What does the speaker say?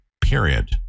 period